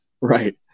Right